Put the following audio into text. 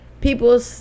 People